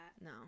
No